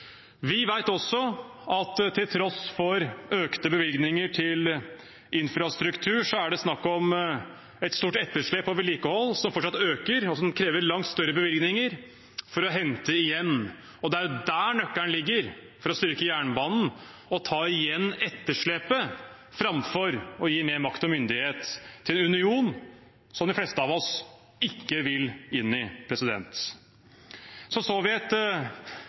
Vi vet også at til tross for økte bevilgninger til infrastruktur er det snakk om et stort etterslep på vedlikehold, som fortsatt øker, og som krever langt større bevilgninger for å hentes igjen. Det er der nøkkelen ligger for å styrke jernbanen – å ta igjen etterslepet framfor å gi mer makt og myndighet til unionen som de fleste av oss ikke vil inn i. Vi så